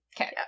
Okay